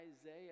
Isaiah